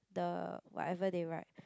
the whatever they write